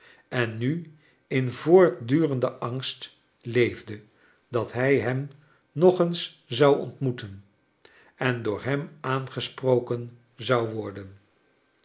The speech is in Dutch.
en nu in voortdurenden angst leefde dat hij hem nog eeiis zou ontmoeten en door hem aangesproken zou worden